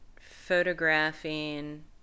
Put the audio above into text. photographing